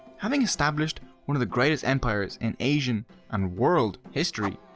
having established one of the greatest empires in asian and world history,